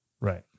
right